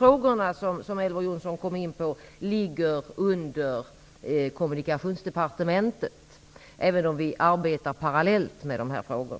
åvilar Kommunikationsdepartementet, även om vi arbetar parallellt med dessa frågor.